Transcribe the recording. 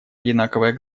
одинаковое